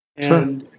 Sure